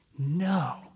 No